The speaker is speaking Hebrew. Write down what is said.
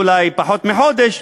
אולי פחות מחודש,